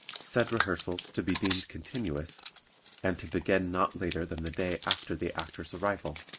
said rehearsals to be deemed continuous and to begin not later than the day after the actor's arrival.